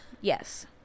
yes